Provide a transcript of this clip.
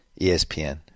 ESPN